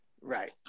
Right